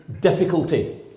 difficulty